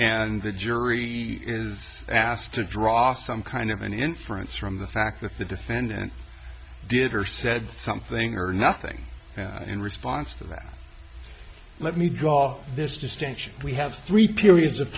and the jury is asked to draw some kind of an inference from the fact that the defendant did or said something or nothing in response to that let me draw this distinction we have three periods of